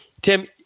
tim